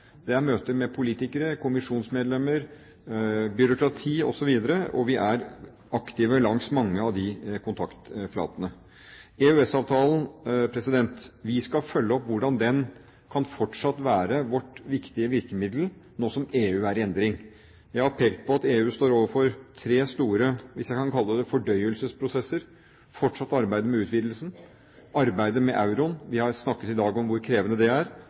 Det er møter med politikere, kommisjonsmedlemmer, byråkrati osv., og vi er aktive langs mange av de kontaktflatene. Når det gjelder EØS-avtalen, skal vi følge opp hvordan den fortsatt kan være vårt viktige virkemiddel nå som EU er i endring. Jeg har pekt på at EU står overfor tre store – hvis jeg kan kalle det det – fordøyelsesprosesser: fortsatt arbeid med utvidelsen, arbeidet med euroen, vi har snakket i dag om hvor krevende det er,